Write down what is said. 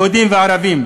יהודים וערבים,